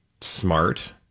smart